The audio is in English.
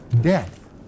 death